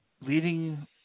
leading